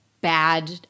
bad